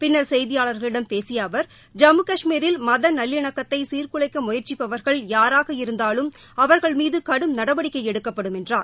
பின்னர் செய்தியாளர்களிடம் பேசிய அவர் ஜம்மு கஷ்மீரில் மதநல்லிணக்கத்தை சீர் குலைக்க முயற்சிப்பவர்கள் யாராக இருந்தாலும் அவர்கள் மீது கடும் நடவடிக்கை எடுக்கப்படும் என்றார்